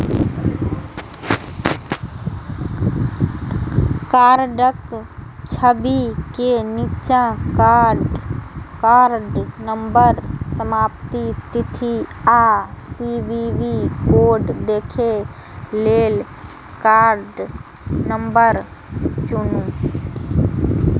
कार्डक छवि के निच्चा कार्ड नंबर, समाप्ति तिथि आ सी.वी.वी कोड देखै लेल कार्ड नंबर चुनू